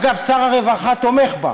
אגב, שר הרווחה תומך בה.